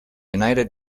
united